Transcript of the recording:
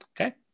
Okay